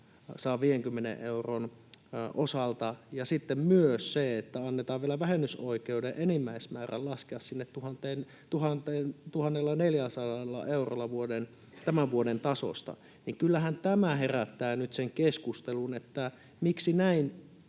150 euron osalta ja sitten myös annetaan vielä vähennysoikeuden enimmäismäärän laskea 1 400 eurolla tämän vuoden tasosta? Kyllähän tämä herättää nyt sen keskustelun, miksi näin